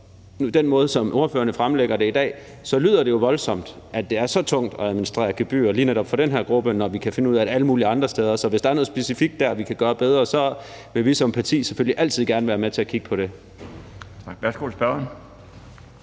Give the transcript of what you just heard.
Og som sagt, som ordføreren fremlægger det i dag, lyder det jo voldsomt, at det er så tungt at administrere gebyrerne for lige nøjagtig den her gruppe, når vi kan finde ud af det alle mulige andre steder. Så hvis der er noget specifikt der, vi kan gøre bedre, vil vi som parti selvfølgelig altid være med til at kigge på det.